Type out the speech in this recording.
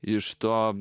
iš to